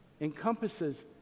encompasses